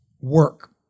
work